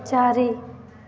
ଚାରି